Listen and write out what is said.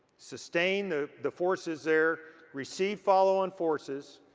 sustain the the forces there, receive follow on forces,